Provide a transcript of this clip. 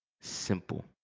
simple